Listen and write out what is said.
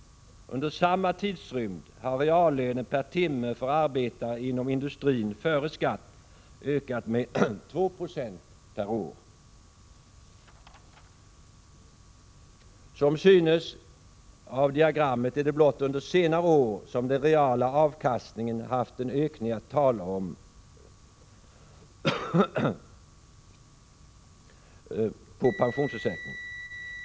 Under samma tidrymd har reallönen per timme för arbetare inom industrin före skatt ökat med 2 9 per år. Som framgår av diagrammet är det blott under senare år som den reala avkastningen på pensionsförsäkringar haft någon ökning att tala om.